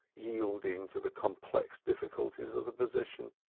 yielding to the complex difficulties of the position.